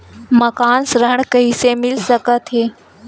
मकान ऋण कइसे मिल सकथे?